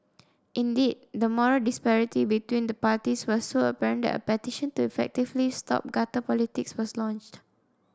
indeed the moral disparity between the parties was so apparent that a petition to effectively stop gutter politics was launched